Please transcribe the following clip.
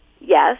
yes